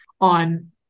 on